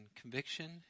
conviction